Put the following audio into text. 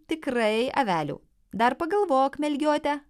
noriu avelių tikrai avelių dar pagalvok melgiote